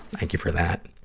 thank you for that.